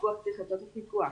הפיקוח צריך לעשות את הפיקוח.